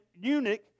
eunuch